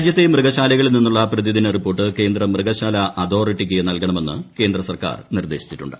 രാജ്യത്തെ മൃഗശാലകളിൽ നിന്നുള്ള പ്രതിദിന റിപ്പോർട്ട് കേന്ദ്ര മൃഗശാല അതോറിറ്റിക്ക് നൽകണമെന്ന് കേന്ദ്ര ് സർക്കാർ നിർദ്ദേശിച്ചിട്ടുണ്ട്